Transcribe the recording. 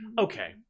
okay